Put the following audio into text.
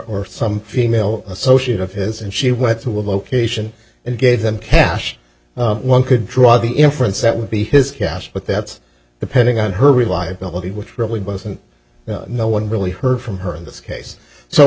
or some female associate of his and she went to a vocation and gave them cash one could draw the inference that would be his cash but that's the pending on her reliability which really wasn't no one really heard from her in this case so